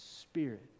spirit